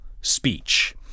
speech